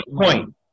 point